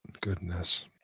Goodness